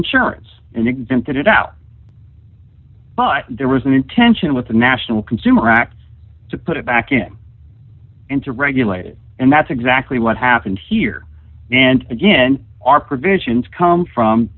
insurance and exempted it out but there was an intention with the national consumer act to put it back in and to regulate it and that's exactly what happened here and again our provisions come from